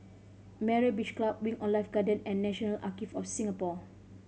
Myra Beach Club Wing On Life Garden and National Archive of Singapore